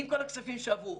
עם כל הכספים שעברו,